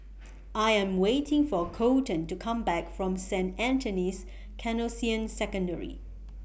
I Am waiting For Coleton to Come Back from Saint Anthony's Canossian Secondary